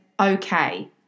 okay